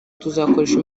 tuzakoresha